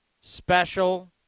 Special